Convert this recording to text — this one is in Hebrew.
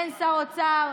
אין שר אוצר,